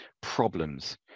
problems